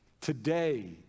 Today